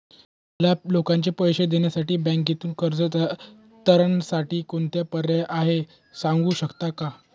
मला लोकांचे पैसे देण्यासाठी बँकेतून कर्ज तारणसाठी कोणता पर्याय आहे? सांगू शकता का?